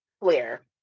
clear